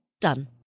Done